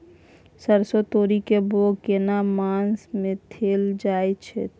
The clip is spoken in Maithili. सरसो, तोरी के बौग केना मास में कैल जायत छै?